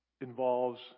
involves